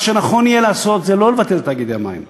מה שיהיה נכון לעשות זה לא לבטל את תאגידי המים,